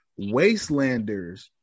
Wastelanders